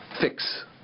fix